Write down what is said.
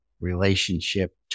relationship